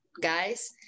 guys